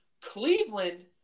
Cleveland